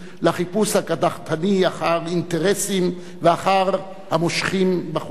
לחיפוש הקדחתני אחר אינטרסים ואחר המושכים בחוטים.